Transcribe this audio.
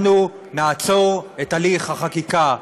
אנחנו נעצור את הליך החקיקה.